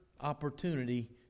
opportunity